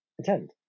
attend